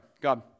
God